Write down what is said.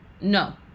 No